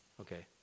Okay